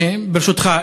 ברשותך,